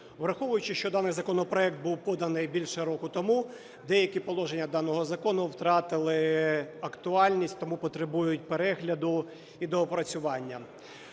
Враховуючи, що даний законопроект був поданий більше року тому, деякі положення даного закону втратили актуальність, тому потребують перегляду і доопрацювання.